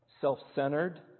self-centered